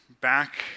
back